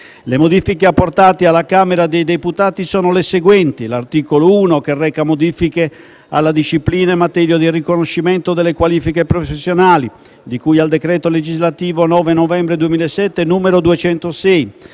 Le modifiche apportate alla Camera dei deputati sono le seguenti. L'articolo 1, recante modifiche alla disciplina in materia di riconoscimento delle qualifiche professionali, di cui al decreto legislativo 9 novembre 2007, n. 206,